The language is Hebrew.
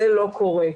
זה לא קורה.